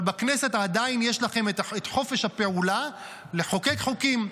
אבל בכנסת עדיין יש לכם חופש הפעולה לחוקק חוקים,